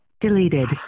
deleted